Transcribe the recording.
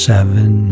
Seven